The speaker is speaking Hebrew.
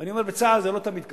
אני אומר בצער, זה לא תמיד כך.